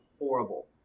horrible